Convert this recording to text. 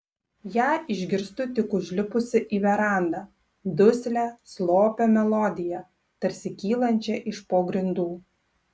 ją išgirstu tik užlipusi į verandą duslią slopią melodiją tarsi kylančią iš po grindų